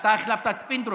אתה החלפת את פינדרוס?